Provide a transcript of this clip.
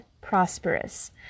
prosperous